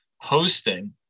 hosting